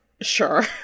sure